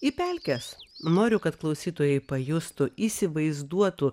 į pelkes noriu kad klausytojai pajustų įsivaizduotų